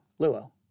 Luo